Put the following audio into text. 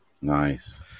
nice